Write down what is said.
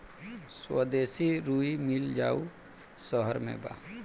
स्वदेशी रुई मिल मऊ शहर में बा